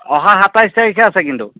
অহা সাতাইছ তাৰিখে আছে কিন্তু